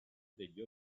degli